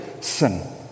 sin